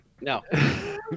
No